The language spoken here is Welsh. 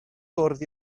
fwrdd